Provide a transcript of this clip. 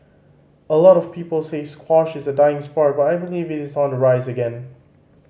a lot of people say squash is a dying sport but I believe it is on the rise again